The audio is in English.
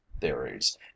theories